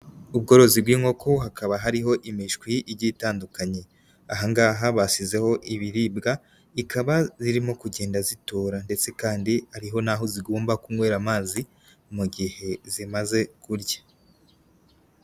Ubworozi bw'inkoko, hakaba hariho imishwi igiye itandukanye, aha ngaha basizeho ibiribwa, zikaba zirimo kugenda zitora, ndetse kandi hariho n'aho zigomba kunywera amazi mu gihe zimaze kurya.